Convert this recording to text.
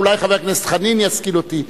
אולי חבר הכנסת ישכיל אותי.